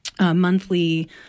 monthly